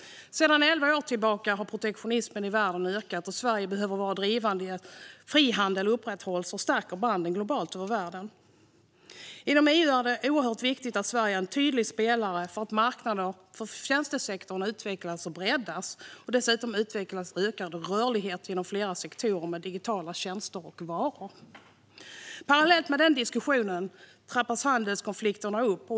Sedan elva år tillbaka har protektionismen i världen ökat. Sverige behöver vara drivande i fråga om att frihandel upprätthålls och stärker banden globalt. Inom EU är det oerhört viktigt att Sverige är en tydlig spelare för att marknader för tjänstesektorn ska utvecklas och breddas. Dessutom utvecklas rörligheten inom flera sektorer med digitala tjänster och varor. Parallellt med den diskussionen trappas handelskonflikterna upp.